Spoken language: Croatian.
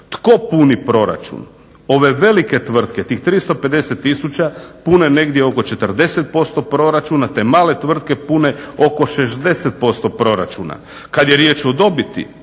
Tko puni proračun? 0ve velike tvrtke tih 350 tisuća pune negdje oko 40% proračuna te male tvrtke pune oko 60% proračuna. Kada je riječ o dobiti